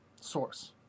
source